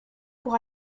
pour